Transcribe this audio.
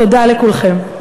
תודה לכולכם.